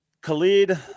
Khalid